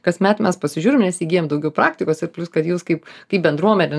kasmet mes pasižiūrim nes įgyjam daugiau praktikos ir plius kad jūs kaip kaip bendruomenė